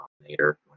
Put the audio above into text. denominator